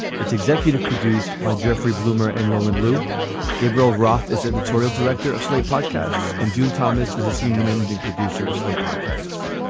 it's executive produced by jeffrey bloomer and lowe and lew gabriel roth is editorial director of podcasts. in june thomas is a senior managing producer of slate podcasts.